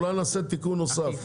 אולי נעשה תיקון נוסף.